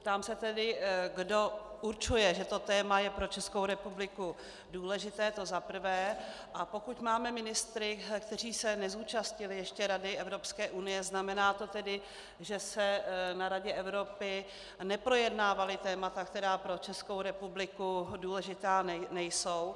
Ptám se tedy, kdo určuje, že to téma je pro Českou republiku důležité, to za prvé, a pokud máme ministry, kteří se ještě nezúčastnili Rady Evropské unie, znamená to tedy, že se na Radě Evropy (?) neprojednávala témata, která pro Českou republiku důležitá nejsou?